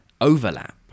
overlap